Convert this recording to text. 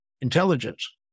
intelligence